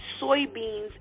soybeans